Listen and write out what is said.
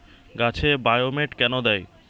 গাছে বায়োমেট কেন দেয়?